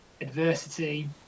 adversity